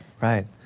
Right